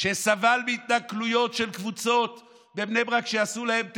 שסבל מהתנכלויות של קבוצות בבני ברק שעשו להם טרור.